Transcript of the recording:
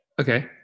Okay